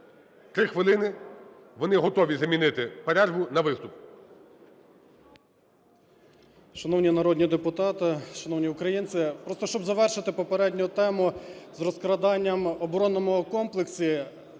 – 3 хвилини. Вони готові замінити перерву на виступ.